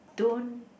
don't